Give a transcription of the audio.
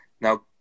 Now